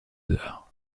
heures